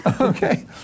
Okay